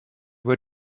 were